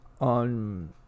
on